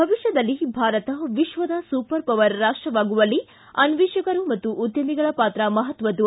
ಭವಿಷ್ಠದಲ್ಲಿ ಭಾರತ ವಿಶ್ವದ super power ರಾಷ್ಟವಾಗುವಲ್ಲಿ ಅನ್ವೇಷಕರು ಪಾಗೂ ಉದ್ಯಮಿಗಳ ಪಾತ್ರ ಮಹತ್ವದ್ದು